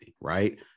right